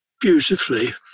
beautifully